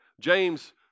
James